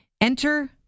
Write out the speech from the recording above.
Enter